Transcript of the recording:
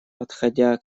подходя